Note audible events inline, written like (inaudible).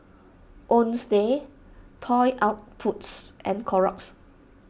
(unintelligible) Toy Outpost and Clorox